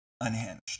unhinged